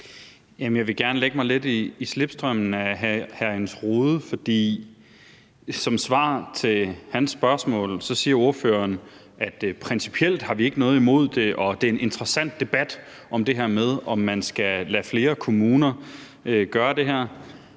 Jeg vil gerne lægge mig lidt i slipstrømmen af hr. Jens Rohde, for som svar på hans spørgsmål siger ordføreren, at de principielt ikke har noget imod det, og at det med, om man skal lade flere kommuner gøre det her,